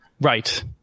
Right